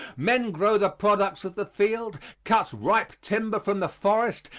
men grow the products of the field, cut ripe timber from the forest,